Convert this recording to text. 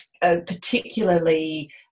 particularly